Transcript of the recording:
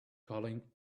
calling